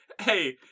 Hey